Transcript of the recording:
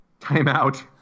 timeout